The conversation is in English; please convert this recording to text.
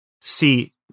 see